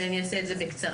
ואני אעשה את זה בקצרה.